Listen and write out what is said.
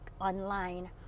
online